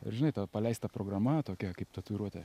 ir žinai ta paleista programa tokia kaip tatuiruotė